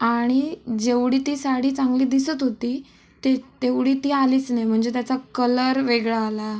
आणि जेवढी ती साडी चांगली दिसत होती ती तेवढी ती आलीच नाही म्हणजे त्याचा कलर वेगळा आला